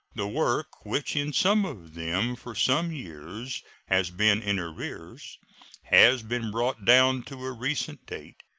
the work which in some of them for some years has been in arrears has been brought down to a recent date,